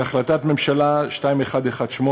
בהחלטת ממשלה 2118,